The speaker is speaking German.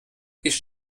ich